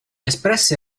espresse